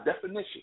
definition